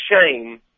shame